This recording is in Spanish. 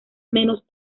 menos